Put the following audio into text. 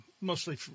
mostly